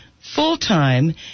full-time